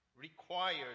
required